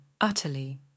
utterly